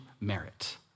merit